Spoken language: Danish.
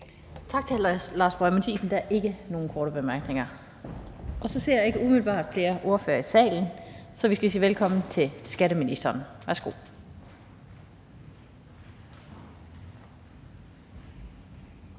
hr. Lars Boje Mathiesen. Der er ikke nogen korte bemærkninger. Jeg ser ikke umiddelbart flere ordførere i salen, så vi skal sige velkommen til skatteministeren. Værsgo.